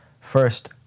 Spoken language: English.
first